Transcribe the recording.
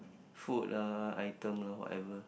food lah item lah whatever